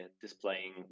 displaying